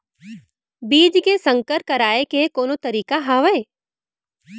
बीज के संकर कराय के कोनो तरीका हावय?